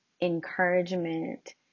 encouragement